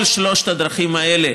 כל שלוש הדרכים האלה